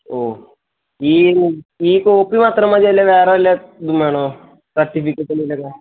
ഓ ഈ ഈ കോപ്പി മാത്രം മതിയോ അല്ലെങ്കിൽ വേറെ വല്ല ഇതും വേണോ സർട്ടിഫക്കറ്റും